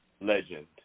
legend